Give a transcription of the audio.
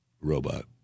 robot